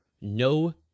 no